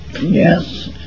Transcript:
Yes